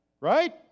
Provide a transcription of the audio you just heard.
Right